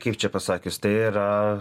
kaip čia pasakius tai yra